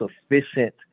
sufficient